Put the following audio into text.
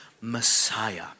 Messiah